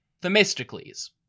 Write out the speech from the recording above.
Themistocles